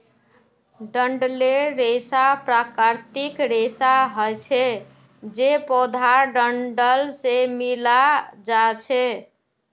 डंठलेर रेशा प्राकृतिक रेशा हछे जे पौधार डंठल से मिल्आ छअ